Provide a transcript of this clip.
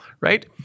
right